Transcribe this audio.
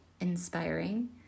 inspiring